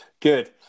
Good